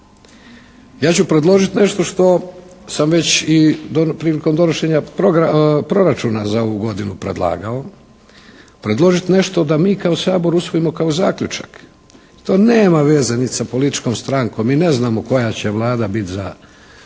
Ja ću predložiti nešto što sam već i prilikom donošenja proračuna za ovu godinu predlagao. Predložiti nešto da mi kao Sabor usvojimo kao zaključak. To nema veze ni sa političkom strankom i ne znamo koja će Vlada biti za